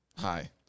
Hi